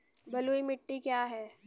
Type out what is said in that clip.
बलुई मिट्टी क्या है?